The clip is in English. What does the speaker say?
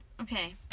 Okay